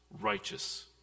righteous